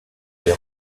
des